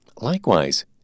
Likewise